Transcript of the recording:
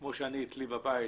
כמו שאצלי בבית,